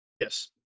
Yes